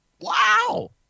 Wow